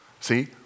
See